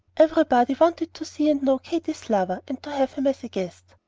everybody wanted to see and know katy's lover, and to have him as a guest.